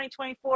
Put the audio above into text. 2024